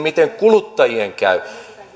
miten kuluttajien käy